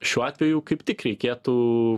šiuo atveju kaip tik reikėtų